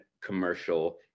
commercial